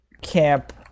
camp